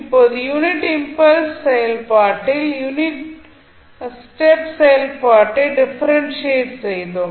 இப்போது unit impulse செயல்பாட்டில் unit step செயல்பாட்டை டிஃபரென்ஷியேட் செய்தோம்